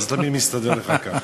אבל זה תמיד מסתדר לך ככה.